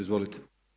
Izvolite.